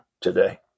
today